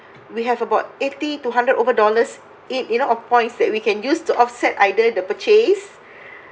we have about eighty to hundred over dollars it you know points that we can use to offset either the purchase